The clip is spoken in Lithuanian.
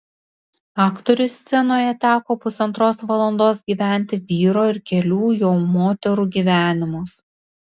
aktoriui scenoje teko pusantros valandos gyventi vyro ir kelių jo moterų gyvenimus